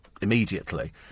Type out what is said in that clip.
immediately